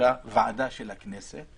החוקה ועדה של הכנסת.